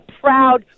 proud